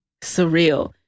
surreal